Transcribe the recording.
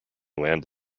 land